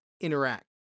interact